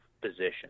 position